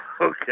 okay